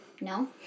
No